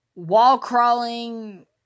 wall-crawling